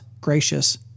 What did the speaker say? gracious